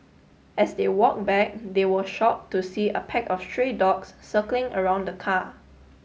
as they walk back they were shock to see a pack of stray dogs circling around the car